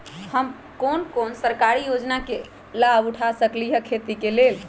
हम कोन कोन सरकारी योजना के लाभ उठा सकली ह खेती के लेल?